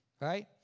Right